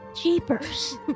jeepers